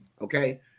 Okay